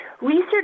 research